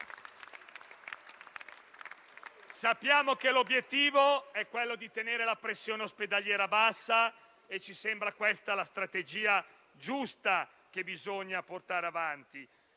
Sappiamo che l'obiettivo è tenere la pressione ospedaliera bassa e ci sembra questa la strategia giusta da portare avanti.